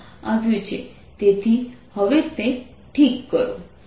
તેથી હવે તે ઠીક કરો